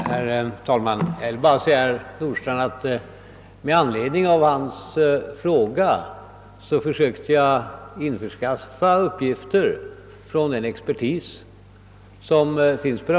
Herr talman! Jag vill bara säga till herr Nordstrandh att jag med anledning av hans fråga försökte införskaffa uppgifter från expertisen på det här området.